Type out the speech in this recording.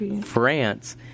France